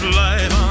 life